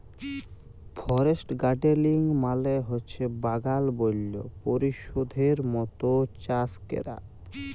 forest গাড়েলিং মালে হছে বাগাল বল্য পরিবেশের মত চাষ ক্যরা